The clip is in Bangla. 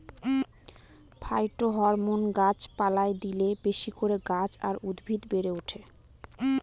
ফাইটোহরমোন গাছ পালায় দিলে বেশি করে গাছ আর উদ্ভিদ বেড়ে ওঠে